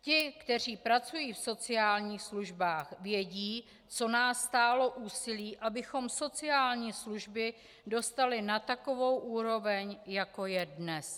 Ti, kteří pracují v sociálních službách, vědí, co nás stálo úsilí, abychom sociální služby dostali na takovou úroveň, jako je dnes.